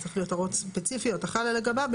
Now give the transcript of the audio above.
זה צריך להיות הוראות ספציפיות החלה לגביו,